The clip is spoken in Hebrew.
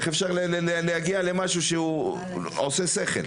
איך אפשר להגיע למשהו שעושה שכל?